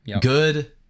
good